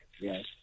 Yes